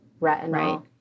retinol